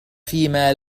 فيما